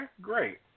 great